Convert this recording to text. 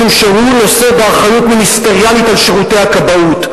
משום שהוא נושא באחריות מיניסטריאלית לשירותי הכבאות.